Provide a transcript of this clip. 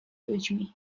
ludźmi